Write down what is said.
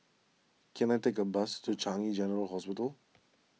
can I take a bus to Changi General Hospital